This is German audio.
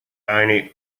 eine